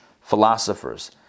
philosophers